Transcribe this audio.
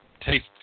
taste